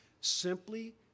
Simply